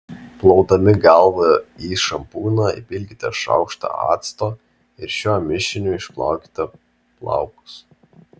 plaudami galvą į šampūną įpilkite šaukštą acto ir šiuo mišiniu išplaukite plaukus